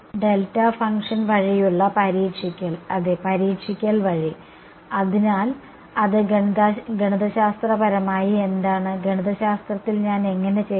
delta function വഴിയുള്ള പരീക്ഷിക്കൽ അതെ പരീക്ഷിക്കൽ വഴി അതിനാൽ അത് ഗണിതശാസ്ത്രപരമായി എന്താണ് ഗണിതശാസ്ത്രത്തിൽ ഞാൻ എങ്ങനെ ചെയ്യണം